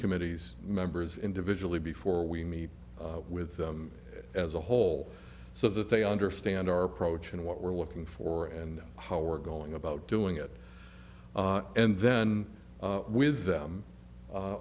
committees members individually before we meet with them as a whole so that they understand our approach and what we're looking for and how we're going about doing it and then with